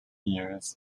years